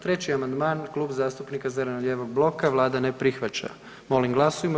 Treći amandman Klub zastupnika zeleno-lijevog bloka vlada ne prihvaća, molim glasujmo.